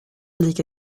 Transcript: lika